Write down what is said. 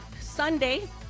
Sunday